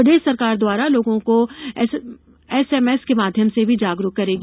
प्रदेष सरकार द्वारा लोगों को एसएमएस के माध्यम से भी जागरूक करेगी